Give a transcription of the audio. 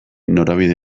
norabide